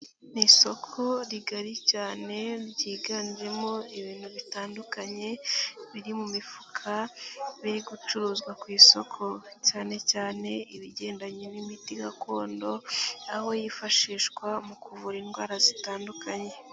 Ni isoko rigari cyane ryiganjemo ibintu bitandukanye, biri mu mifuka, biri gucuruzwa ku isoko; cyane cyane ibigendanye n'imiti gakondo, aho yifashishwa mu kuvura indwara zitandukanye.